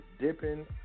dipping